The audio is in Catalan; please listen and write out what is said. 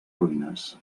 ruïnes